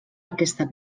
aquesta